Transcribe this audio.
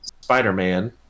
Spider-Man